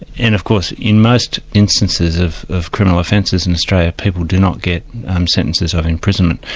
and of course in most instances of of criminal offences in australia, people do not get sentences of imprisonment.